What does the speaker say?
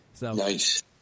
Nice